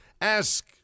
Ask